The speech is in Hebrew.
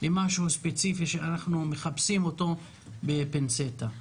במשהו ספציפי שאנחנו מחפשים אותו בפינצטה.